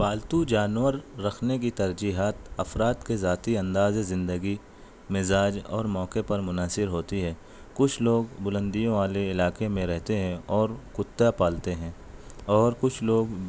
پالتو جانور رکھنے کی ترجیحات افراد کے ذاتی انداز زندگی مزاج اور موقعہ پر منحصر ہوتی ہے کچھ لوگ بلندیوں والے علاقے میں رہتے ہیں اور کتا پالتے ہیں اور کچھ لوگ